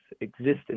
existence